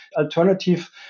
alternative